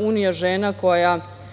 Unija žena koja